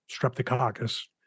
streptococcus